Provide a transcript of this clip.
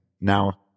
now